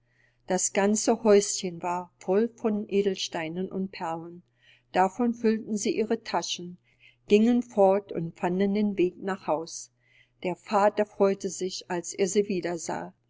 das ganze häuschen war voll von edelgesteinen und perlen davon füllten sie ihre taschen gingen fort und fanden den weg nach haus der vater freute sich als er sie wieder